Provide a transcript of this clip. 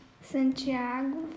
Santiago